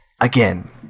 again